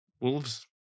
Wolves